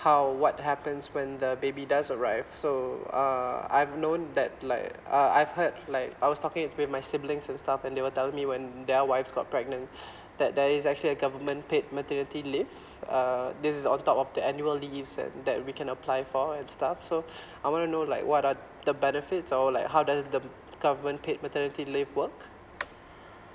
how what happens when the baby does arrive so uh I've known that like uh I've heard like I was talking with my siblings and stuff and they were telling me when their wives got pregnant that there is actually a government paid maternity leave uh this is on top of the annual leaves and that we can apply for and stuff so I want to know like what are the benefits or like how does the government paid maternity leave work